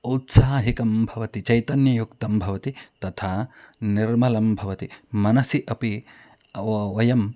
औत्साहिकं भवति चैतन्ययुक्तं भवति तथा निर्मलं भवति मनसि अपि वयं